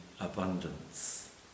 abundance